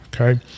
Okay